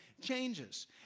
changes